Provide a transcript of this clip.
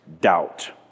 Doubt